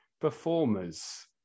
performers